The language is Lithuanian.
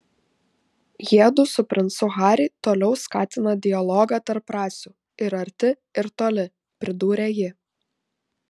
jiedu su princu harry toliau skatina dialogą tarp rasių ir arti ir toli pridūrė ji